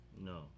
No